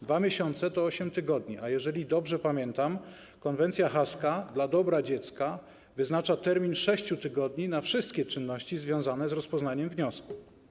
2 miesiące to 8 tygodni, a jeżeli dobrze pamiętam, konwencja haska, dla dobra dziecka, wyznacza termin 6 tygodni na wszystkie czynności związane z rozpoznaniem wniosku.